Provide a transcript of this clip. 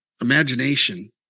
imagination